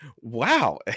wow